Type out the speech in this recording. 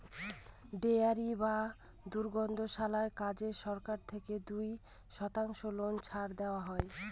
dairy বা দুগ্ধশালার কাজে সরকার থেকে দুই শতাংশ লোন ছাড় দেওয়া হয়